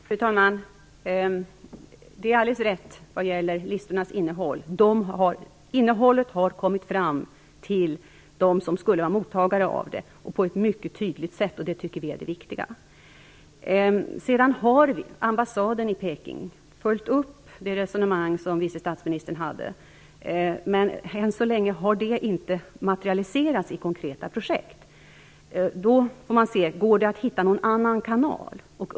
Fru talman! Det är alldeles riktigt att listornas innehåll på ett mycket tydligt sätt har kommit fram till dem som skulle vara mottagare av dem, vilket vi anser vara det viktiga. Ambassaden i Peking har följt upp det resonemang som vice statsministern hade. Men än så länge har det inte materialiserats i konkreta projekt. Då får man undersöka om det går att hitta någon annan kanal.